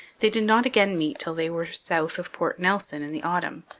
they did not again meet till they were south of port nelson in the autumn,